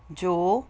ਜੋ